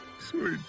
Sweet